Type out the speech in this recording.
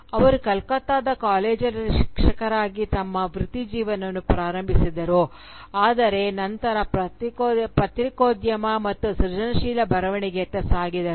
ಅವರು ಕೋಲ್ಕತ್ತಾದ ಕಾಲೇಜಿನಲ್ಲಿ ಶಿಕ್ಷಕರಾಗಿ ತಮ್ಮ ವೃತ್ತಿಜೀವನವನ್ನು ಪ್ರಾರಂಭಿಸಿದರು ಆದರೆ ನಂತರ ಪತ್ರಿಕೋದ್ಯಮ ಮತ್ತು ಸೃಜನಶೀಲ ಬರವಣಿಗೆಯತ್ತ ಸಾಗಿದರು